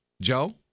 Joe